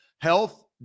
health